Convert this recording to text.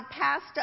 passed